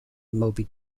moby